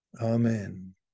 amen